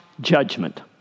judgment